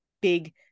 big